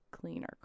cleaner